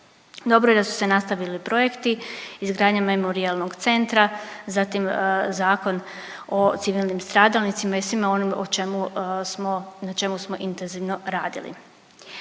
Dobro je da su se nastavili projekti, izgradnja memorijalnog centra, zatim Zakon o civilnim stradalnicima i svima onim o čemu smo, na čemu smo intenzivno radili.